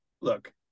look